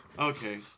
Okay